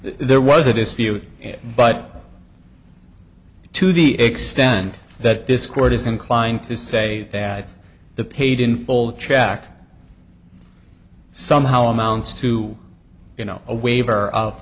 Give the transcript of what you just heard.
there was a dispute but to the extent that this court is inclined to say that it's the paid in full track somehow amounts to you know a waiver of